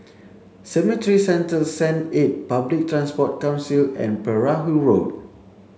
Cemetry Central Saint eight Public Transport Council and Perahu Road